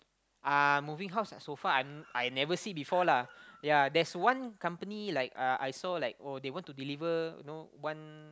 uh moving house like sofa I never see before lah ya there's one company like uh I saw like oh they want to deliver you know one